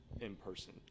in-person